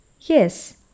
Yes